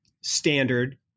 standard